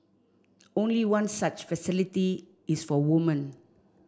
only one such facility is for woman